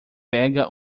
pega